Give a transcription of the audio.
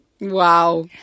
Wow